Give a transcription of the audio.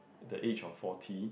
the age of forty